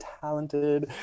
talented